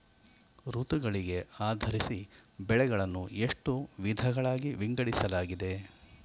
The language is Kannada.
ಋತುಗಳಿಗೆ ಆಧರಿಸಿ ಬೆಳೆಗಳನ್ನು ಎಷ್ಟು ವಿಧಗಳಾಗಿ ವಿಂಗಡಿಸಲಾಗಿದೆ?